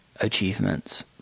achievements